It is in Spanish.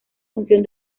función